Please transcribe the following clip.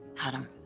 Adam